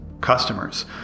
customers